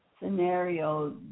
scenario